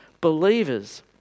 Believers